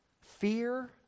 fear